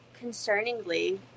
concerningly